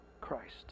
Christ